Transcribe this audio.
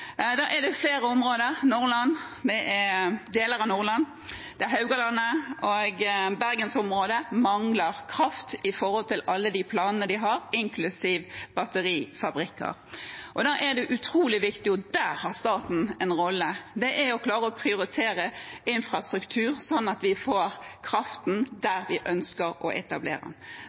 er flere områder – deler av Nordland, Haugalandet og bergensområdet – som mangler kraft til alle planene de har, inklusiv batterifabrikker. Da er det utrolig viktig, og der har staten en rolle, å klare å prioritere infrastruktur, sånn at vi får kraften dit vi ønsker å etablere